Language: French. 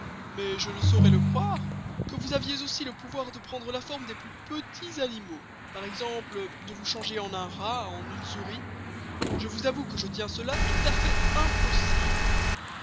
mais je ne sçaurois le croire que vous aviez aussi le pouvoir de prendre la forme des plus petits animaux par exemple de vous changer en un rat en une souris je vous avouë que je tiens cela tout à fait impossible